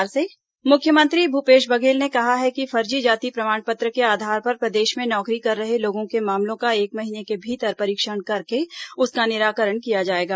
मुख्यमंत्री फर्जी जाति मुख्यमंत्री भूपेश बघेल ने कहा है कि फर्जी जाति प्रमाण पत्र के आधार पर प्रदेश में नौकरी कर रहे लोगों के मामलों का एक महीने के भीतर परीक्षण करके उसका निराकरण किया जाएगा